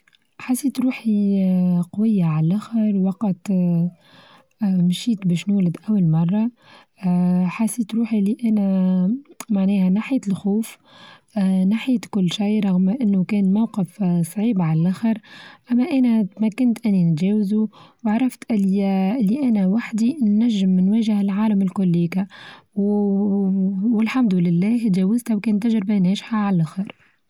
حسيت تروحي آآ قوية على اللخر وقت آآ آآ مشيت باش نولد أول مرة، آآ حاسيت روحي إن أنا معناها ناحية الخوف آآ ناحية كل شيء رغم إنه كان موقف آآ صعيب على اللخر أما أنا تمكنت إني نتچاوزه وعرفت اللي-اللي أنا وحدي نچم من وچه العالم الكليكا والحمد لله چاوزته وكانت تچربة ناچحة عاللخر.